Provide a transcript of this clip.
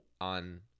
on